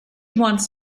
wants